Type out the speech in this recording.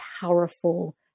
powerful